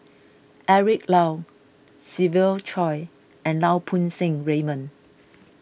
Eric Low Siva Choy and Lau Poo Seng Raymond